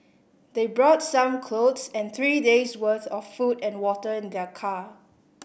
they brought some clothes and three days' worth of food and water in their car